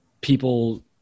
people